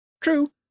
True